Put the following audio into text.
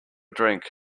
drink